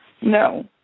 no